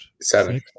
seven